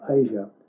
Asia